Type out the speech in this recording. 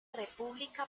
república